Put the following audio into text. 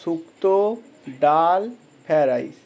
shukto dal fried rice